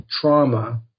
trauma